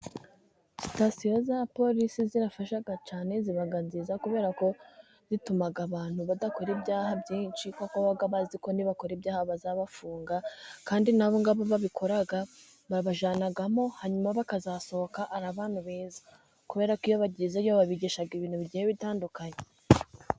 Sitasiyo za porisi zirafasha cyane，ziba nziza kubera ko zituma abantu badakora ibyaha byinshi，kuko baba bazi ko nibakora ibyaha，bazabafunga，kandi n'abogabo babikora babajyanamo， hanyuma bakazasohoka ari abantu beza， kubera ko iyo bagezeyo babigisha ibintu bigiye bitandukanye.